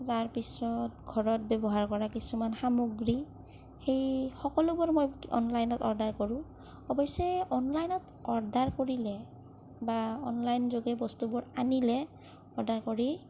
তাৰপিছত ঘৰত ব্যৱহাৰ কৰা কিছুমান সামগ্ৰী সেই সকলোবোৰ মই অনলাইনত অৰ্ডাৰ কৰোঁ অৱশ্যে অনলাইনত অৰ্ডাৰ কৰিলে বা অনলাইন যোগে বস্তুবোৰ আনিলে অৰ্ডাৰ কৰি